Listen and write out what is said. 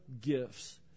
gifts